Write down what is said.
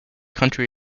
country